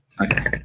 Okay